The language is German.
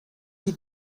die